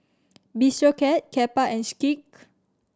Bistro Cat Kappa and Schick